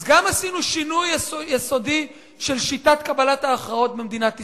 אז גם עשינו שינוי יסודי של שיטת קבלת ההכרעות במדינת ישראל,